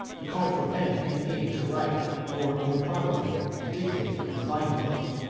he called for pen and ink to write, or, more properly, to dictate, a divine book,